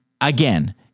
Again